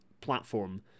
platform